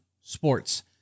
sports